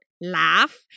laugh